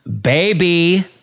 baby